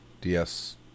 DS